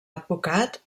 advocat